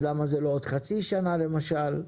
אז למה זה לא עוד חצי שנה, למשל?